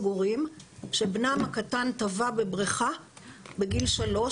הורים שבנם הקטן טבע בבריכה בגיל שלוש,